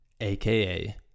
aka